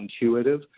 intuitive